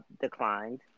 declined